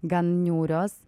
gan niūrios